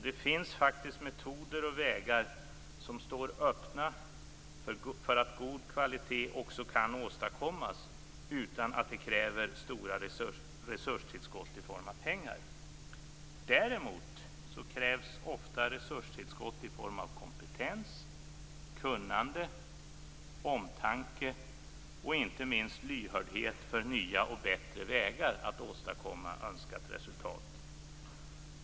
Det finns faktiskt metoder och vägar som står öppna för att god kvalitet också kan åstadkommas utan att det krävs stora resurstillskott i form av pengar. Däremot krävs det ofta resurstillskott i form av kompetens, kunnande, omtanke och, inte minst, lyhördhet för nya och bättre vägar att åstadkomma önskat resultat.